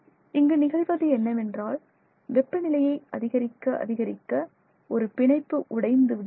இங்கு நிகழ்வது என்னவென்றால் வெப்பநிலையை அதிகரிக்க அதிகரிக்க ஒரு பிணைப்பு உடைந்து விடுகிறது